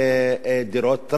דירות,